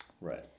Right